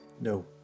no